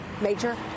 Major